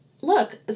Look